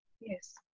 Yes